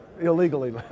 Illegally